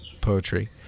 poetry